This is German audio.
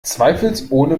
zweifelsohne